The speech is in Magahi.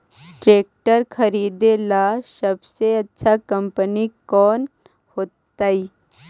ट्रैक्टर खरीदेला सबसे अच्छा कंपनी कौन होतई?